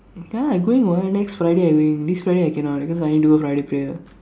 ya I going what next Friday I going this Friday I cannot cause I need do Friday prayer